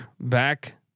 back